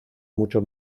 mucho